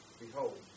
Behold